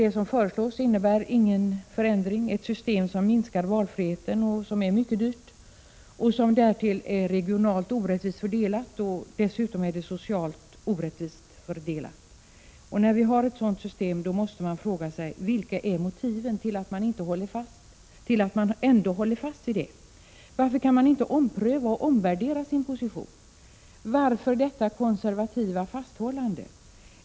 Det som nu föreslås innebär ingen förändring. Det är ett system som minskar valfriheten och som är mycket dyrt. Dessutom är det fråga om en orättvis fördelning regionalt och socialt. När vi har ett sådant system måste man fråga sig vilka motiven till ett fasthållande är. Varför kan man inte ompröva och omvärdera sin position? Varför detta konservativa fasthållande?